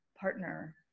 partner